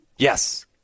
Yes